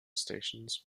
stations